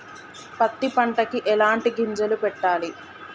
పత్తి పంటకి ఎలాంటి గింజలు పెట్టాలి?